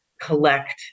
collect